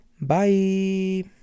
Bye